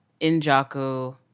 Injaku